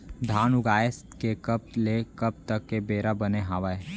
धान उगाए के कब ले कब तक के बेरा बने हावय?